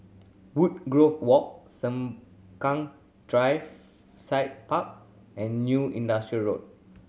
Woodgrove Walk Sengkang Drive Side Park and New Industrial Road